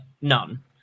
none